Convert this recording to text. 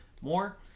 more